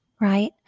right